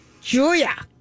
Julia